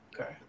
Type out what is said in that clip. Okay